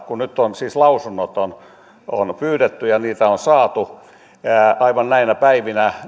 kun nyt on siis lausunnot pyydetty ja niitä on saatu aivan näinä päivinä